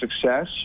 success